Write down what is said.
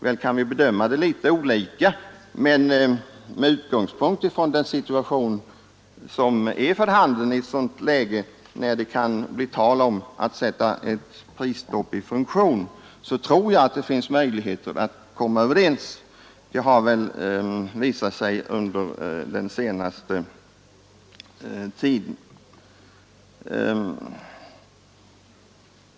Väl kan vi bedöma läget litet olika, men med utgångspunkt i den situation som är för handen när det kan bli aktuellt att sätta ett prisstopp i funktion tror jag att det finns möjligheter att komma överens. Det har väl också visat sig i åtskilliga sammanhang inte minst under den senaste tiden.